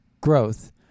growth